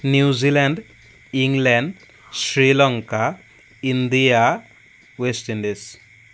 New Zealand England Sri Lanka India West Indies